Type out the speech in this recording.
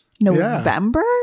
November